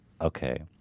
okay